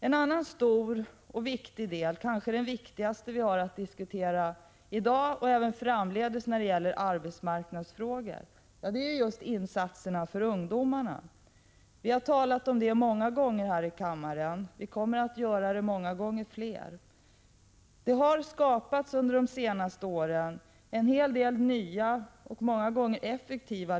En annan stor och viktig fråga som vi i dag — och kanske även framdeles den viktigaste — har att diskutera, är just arbetsmarknadsinsatser för ungdomarna. Vi har talat om detta vid många tillfällen här i kammaren, och vi kommer att göra det många gånger till. Under de senaste åren har det skapats en hel del nya lösningar som ofta även har varit effektiva.